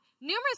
numerous